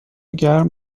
گرم